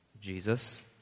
Jesus